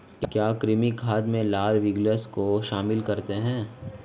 क्या कृमि खाद में लाल विग्लर्स को शामिल करते हैं?